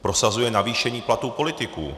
Prosazuje navýšení platů politiků.